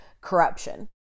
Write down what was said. corruption